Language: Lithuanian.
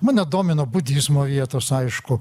mane domino budizmo vietos aišku